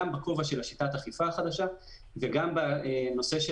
גם בכובע של שיטת האכיפה החדשה וגם בנושא של